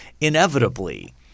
inevitably